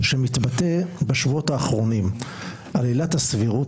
שמתבטא בשבועות האחרונים על עילת הסבירות,